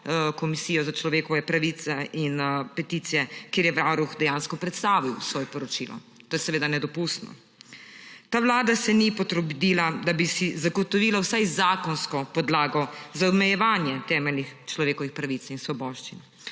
peticije, človekove pravice in enake možnosti, kjer je Varuh dejansko predstavil svoje poročilo. To je seveda nedopustno. Ta vlada se ni potrudila, da bi si zagotovila vsaj zakonsko podlago za omejevanje temeljnih človekovih pravic in svoboščin.